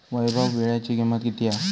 वैभव वीळ्याची किंमत किती हा?